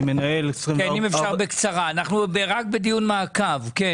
אני מנהל של בית חולים גריאטרי בפתח